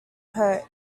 coat